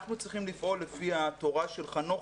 אנחנו צריכים לפעול לפי התורה של חנוך